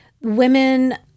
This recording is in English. women